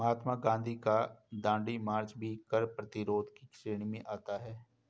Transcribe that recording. महात्मा गांधी का दांडी मार्च भी कर प्रतिरोध की श्रेणी में आता है